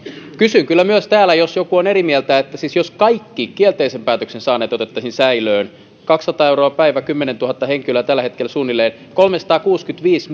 kysyn kyllä täällä myös onko joku eri mieltä siis jos kaikki kielteisen päätöksen saaneet otettaisiin säilöön kaksisataa euroa päivä kymmenentuhatta henkilöä tällä hetkellä suunnilleen se olisi kolmesataakuusikymmentäviisi